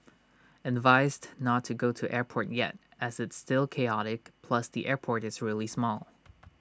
advised not to go to airport yet as it's still chaotic plus the airport is really small